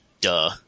Duh